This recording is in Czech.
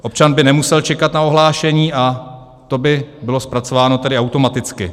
Občan by nemusel čekat na ohlášení a to by bylo zpracováno tedy automaticky.